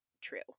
true